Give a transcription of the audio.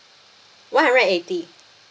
one hundred and eighty